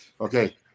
Okay